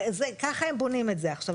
כך הם בונים את זה עכשיו.